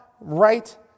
right